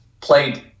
played